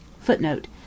Footnote